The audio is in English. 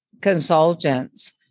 consultants